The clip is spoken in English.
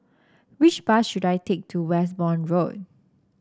which bus should I take to Westbourne Road